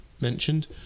mentioned